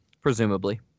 Presumably